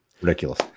ridiculous